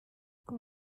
kuba